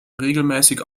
regelmäßig